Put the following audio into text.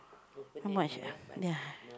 how much ya